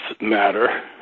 matter